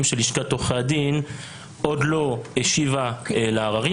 של לשכת עורכי הדין עוד לא השיבה לעררים.